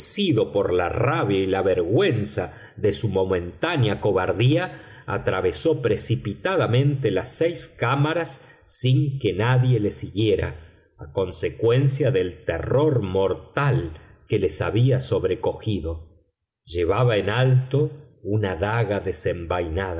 enloquecido por la rabia y la vergüenza de su momentánea cobardía atravesó precipitadamente las seis cámaras sin que nadie le siguiera a consecuencia del terror mortal que les había sobrecogido llevaba en alto una daga desenvainada